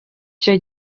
cyo